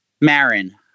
Marin